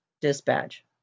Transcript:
Dispatch